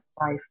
life